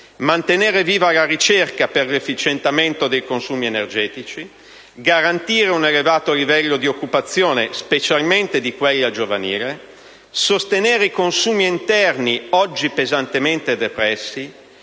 mantenere viva la ricerca per l'efficientamento dei consumi energetici, garantire un elevato livello di occupazione, specialmente di quella giovanile, sostenere i consumi interni oggi pesantemente depressi,